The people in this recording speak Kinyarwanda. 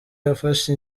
yafashe